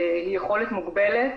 היא יכולת מוגבלת